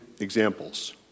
examples